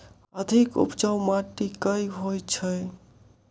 अधिक उपजाउ माटि केँ होइ छै?